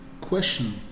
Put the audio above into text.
Question